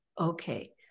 Okay